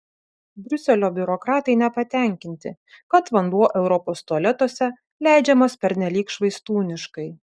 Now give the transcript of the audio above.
briuselio biurokratai nepatenkinti kad vanduo europos tualetuose leidžiamas pernelyg švaistūniškai